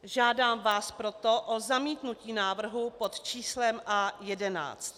Žádám vás proto o zamítnutí návrhu pod číslem A11.